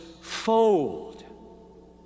fold